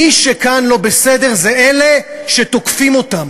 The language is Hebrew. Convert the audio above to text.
מי שכאן לא בסדר זה אלה שתוקפים אותם